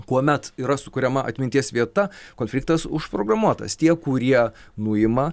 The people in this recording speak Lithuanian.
kuomet yra sukuriama atminties vieta konfliktas užprogramuotas tie kurie nuima